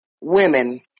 women